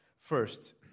First